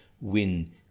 win